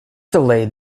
delayed